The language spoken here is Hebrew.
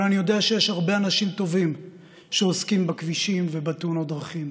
אבל אני יודע שיש הרבה אנשים טובים שעוסקים בכבישים ובתאונות דרכים: